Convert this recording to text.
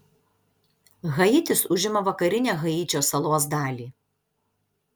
haitis užima vakarinę haičio salos dalį